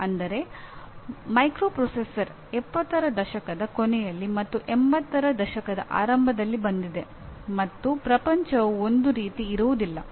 ಅಂದರೆ ಮೈಕ್ರೊಪ್ರೊಸೆಸರ್ '70 ರ ದಶಕದ ಕೊನೆಯಲ್ಲಿ ಮತ್ತು '80 ರ ದಶಕದ ಆರಂಭದಲ್ಲಿ ಬಂದಿದೆ ಮತ್ತು ಪ್ರಪಂಚವು ಒಂದೇ ರೀತಿ ಇರುವುದಿಲ್ಲ